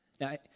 Now